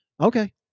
Okay